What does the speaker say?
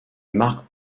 mark